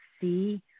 see